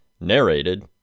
narrated